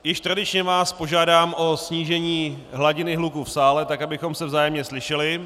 Již tradičně vás požádám o snížení hladiny hluku v sále, abychom se vzájemně slyšeli.